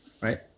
right